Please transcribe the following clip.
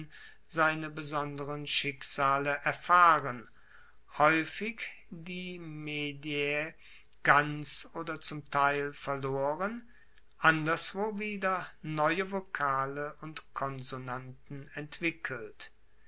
seine besonderen schicksale erfahren haeufig die mediae ganz oder zum teil verloren anderswo wieder neue vokale und konsonanten entwickelt